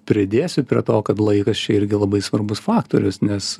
pridėsiu prie to kad laikas čia irgi labai svarbus faktorius nes